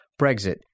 Brexit